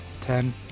Ten